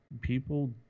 People